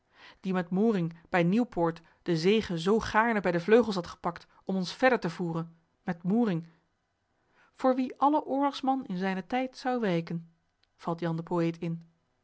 die met mouringh bij nieupoort de zege zoo gaarne bij de vleugels had gepakt om ons verder te voeren met mouringh voor wien alle oorloghsman in zijnen tydt z o u wijken valt jan de poëet in